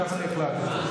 רק תוסיף לי עוד דקה,